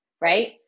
right